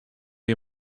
you